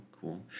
cool